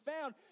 found